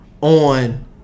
On